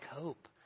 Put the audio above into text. cope